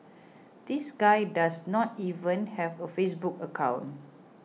this guy does not even have a Facebook account